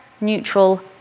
neutral